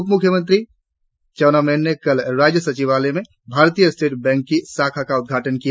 उपमुख्यमंत्री चाउना मैन ने कल राज्य सचिवालय में भारतीय स्टेट बैंक की शाखा का उद्घाटन किया